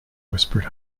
whispered